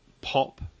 pop